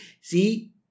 see